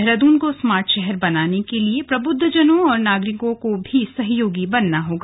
देहरादून को स्मार्ट शहर बनाने के लिए प्रबुद्धजनों और नागरिकों को भी सहयोगी बनना होगा